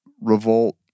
revolt